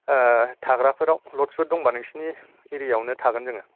ओह थाग्राफोराव लद्सफोर दंबा नोंसिनि एरिया आवनो थागोन जोङो